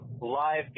live